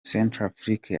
centrafrique